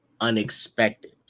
Unexpected